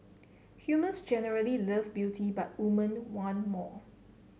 humans generally love beauty but women want more